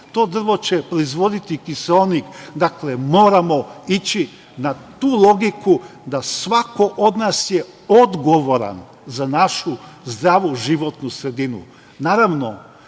To drvo će proizvoditi kiseonik. Dakle, moramo ići na tu logiku da svako od nas je odgovoran za našu zdravu životnu sredinu. Naravno,